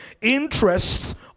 Interests